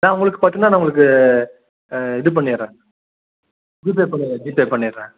நான் உங்களுக்கு பத்தலனா நான் உங்களுக்கு இது பண்ணிடுறேன் ஜிபே பண்ணிடுறேன் ஜிபே பண்ணிடுறேன்